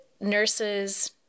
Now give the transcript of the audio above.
nurses